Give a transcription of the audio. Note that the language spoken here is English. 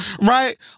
right